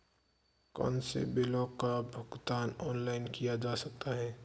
कौनसे बिलों का भुगतान ऑनलाइन किया जा सकता है?